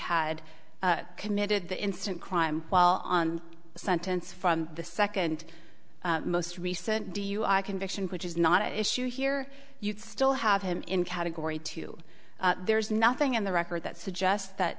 had committed the instant crime while on sentence from the second most recent dui conviction which is not at issue here you'd still have him in category two there's nothing in the record that suggests that